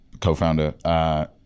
co-founder